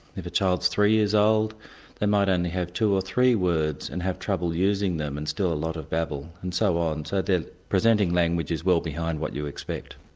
if a child is three years old they might only have two or three words and have trouble using them and still a lot of babble and so on. so their presenting language is well behind what you would expect.